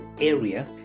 area